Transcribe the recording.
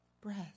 breath